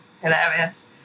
hilarious